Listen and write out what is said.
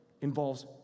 involves